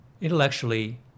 intellectually